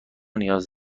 نیاز